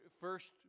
first